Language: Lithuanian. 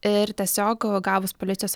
ir tiesiog va gavus policijos